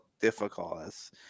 difficult